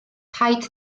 paid